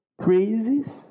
Phrases